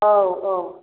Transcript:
औ औ